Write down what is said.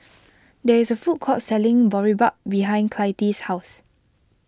there is a food court selling Boribap behind Clytie's house